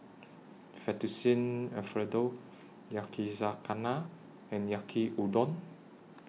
Fettuccine Alfredo Yakizakana and Yaki Udon